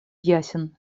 ясен